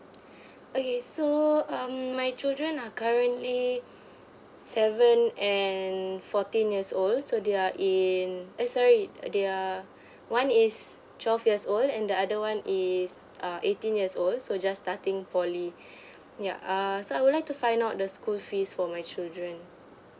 okay so um my children are currently seven and fourteen years old so they are in eh sorry they are one is twelve years old and the other one is err eighteen years old so just starting poly yup err so I would like to find out the school fees for my children